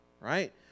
right